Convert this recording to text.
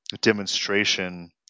demonstration